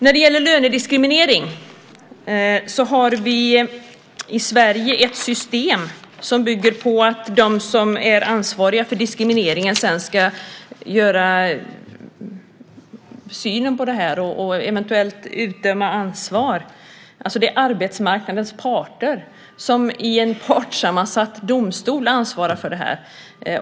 När det gäller lönediskriminering har vi i Sverige ett system som bygger på att de som är ansvariga för diskrimineringen sedan ska avgöra synen på det här och eventuellt utdöma ansvar. Det är arbetsmarknadens parter som i en partssammansatt domstol ansvarar för det.